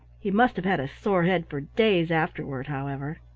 he must have had a sore head for days afterward, however.